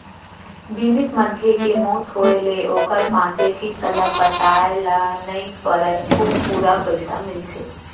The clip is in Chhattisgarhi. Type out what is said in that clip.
बीमित मनखे के मउत होय ले ओकर बांचे किस्त ल पटाए ल नइ परय अउ पूरा पइसा मिलथे